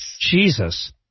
Jesus